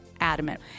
Adamant